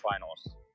finals